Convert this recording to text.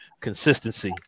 consistency